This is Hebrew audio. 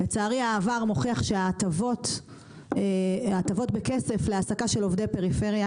לצערי העבר מוכיח שההטבות בכסף להעסקה של עובדי פריפריה